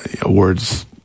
awards